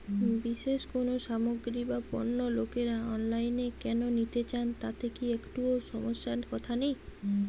বিশেষ কোনো সামগ্রী বা পণ্য লোকেরা অনলাইনে কেন নিতে চান তাতে কি একটুও সমস্যার কথা নেই?